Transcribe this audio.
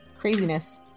Craziness